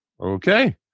Okay